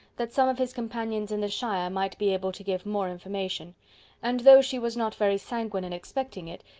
that some of his companions in the shire might be able to give more information and though she was not very sanguine in expecting it,